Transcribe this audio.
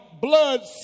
blood